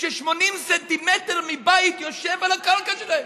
ש-80 סנטימטרים מבית יושבים על הקרקע שלהם.